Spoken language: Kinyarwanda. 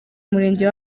murenge